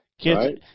Kids